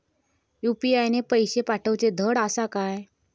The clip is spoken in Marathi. यू.पी.आय ने पैशे पाठवूचे धड आसा काय?